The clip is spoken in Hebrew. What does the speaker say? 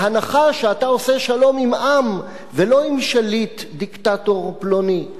בהנחה שאתה עושה שלום עם עם ולא עם שליט דיקטטור פלוני.